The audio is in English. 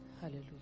Hallelujah